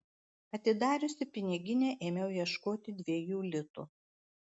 atidariusi piniginę ėmiau ieškoti dviejų litų